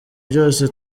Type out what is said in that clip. byose